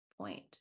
point